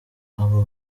abo